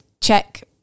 check